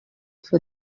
for